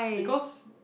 because